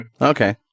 Okay